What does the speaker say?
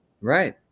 Right